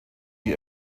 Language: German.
wie